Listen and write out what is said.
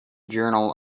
journal